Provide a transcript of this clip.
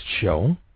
show